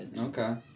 Okay